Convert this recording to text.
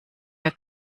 der